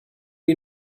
you